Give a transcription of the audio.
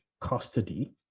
custody